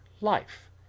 LIFE